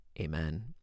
amen